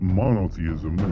monotheism